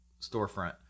storefront